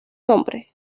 nombre